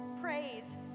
praise